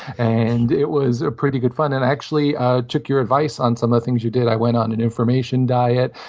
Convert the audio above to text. and it was pretty good fun. i and actually ah took your advice on some of the things you did. i went on an information diet,